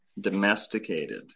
domesticated